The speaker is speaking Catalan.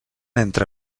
entre